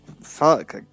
fuck